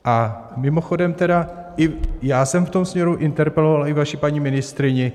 A mimochodem, i já jsem v tom směru interpeloval vaši paní ministryni.